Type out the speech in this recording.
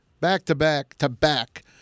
back-to-back-to-back